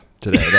today